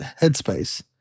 headspace